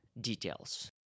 details